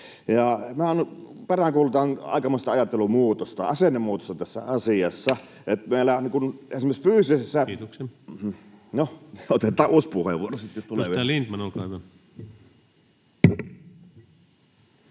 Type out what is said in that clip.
peräänkuulutan aikamoista ajattelumuutosta, asennemuutosta tässä asiassa.